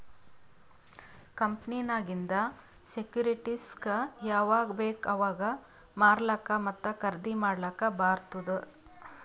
ಕಂಪನಿನಾಗಿಂದ್ ಸೆಕ್ಯೂರಿಟಿಸ್ಗ ಯಾವಾಗ್ ಬೇಕ್ ಅವಾಗ್ ಮಾರ್ಲಾಕ ಮತ್ತ ಖರ್ದಿ ಮಾಡ್ಲಕ್ ಬಾರ್ತುದ್